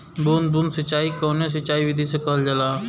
बूंद बूंद सिंचाई कवने सिंचाई विधि के कहल जाला?